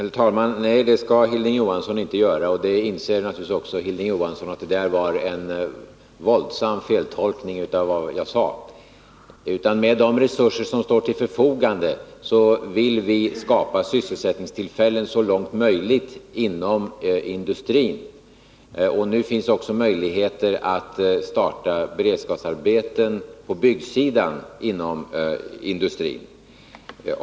Herr talman! Nej, det skall Hilding Johansson inte göra! Och det inser Torsdagen den naturligtvis också Hilding Johansson — det är en våldsam feltolkning av vad 10 december 1981 jag sade. Med de resurser som står till förfogande vill vi skapa sysselsättningstillfällen så långt möjligt inom industrin. Nu finns möjligheter att starta beredskapsarbeten på byggsidan också inom industrin.